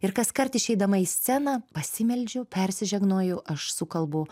ir kaskart išeidama į sceną pasimeldžiu persižegnoju aš sukalbu